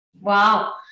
Wow